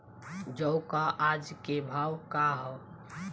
जौ क आज के भाव का ह?